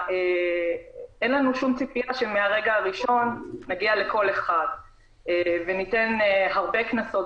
אין לנו שום ציפייה שמהרגע הראשון נגיע לכל אחד וניתן הרבה קנסות.